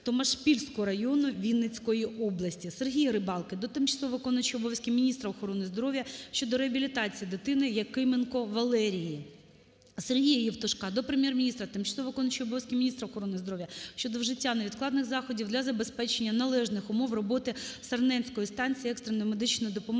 Томашпільського району Вінницької області. Сергія Рибалки до тимчасово виконуючої обов'язки міністра охорони здоров'я України щодо реабілітації дитини Якименко Валерії. Сергія Євтушка до Прем'єр-міністра, тимчасово виконуючої обов'язки міністра охорони здоров'я щодо вжиття невідкладних заходів для забезпечення належних умов роботи Сарненської станції екстреної медичної допомоги